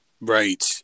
Right